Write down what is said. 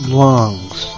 lungs